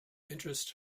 interest